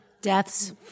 Deaths